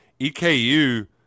EKU